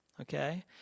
okay